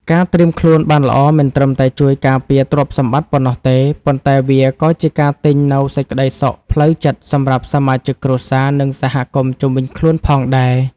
ការត្រៀមខ្លួនបានល្អមិនត្រឹមតែជួយការពារទ្រព្យសម្បត្តិប៉ុណ្ណោះទេ ប៉ុន្តែវាក៏ជាការទិញនូវសេចក្តីសុខផ្លូវចិត្តសម្រាប់សមាជិកគ្រួសារ និងសហគមន៍ជុំវិញខ្លួនផងដែរ។